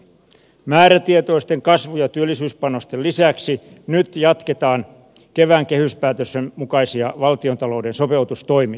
määrätietoisten kasvu ja työllisyyspanosten lisäksi nyt jatketaan kevään kehyspäätösten mukaisia valtiontalouden sopeutustoimia